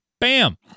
Bam